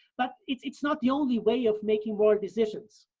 but it's it's not the only way of making world decisions.